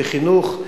מחינוך,